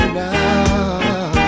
now